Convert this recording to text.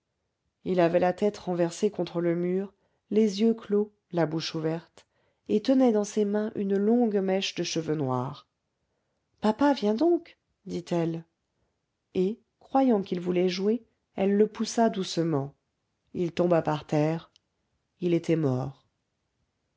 il avait la tête renversée contre le mur les yeux clos la bouche ouverte et tenait dans ses mains une longue mèche de cheveux noirs papa viens donc dit-elle et croyant qu'il voulait jouer elle le poussa doucement il tomba par terre il était mort